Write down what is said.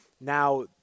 Now